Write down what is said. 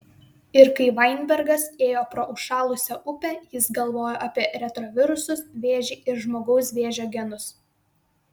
ir kai vainbergas ėjo pro užšalusią upę jis galvojo apie retrovirusus vėžį ir žmogaus vėžio genus